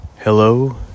Hello